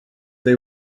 they